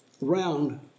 round